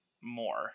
more